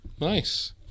Nice